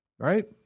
Right